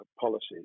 policies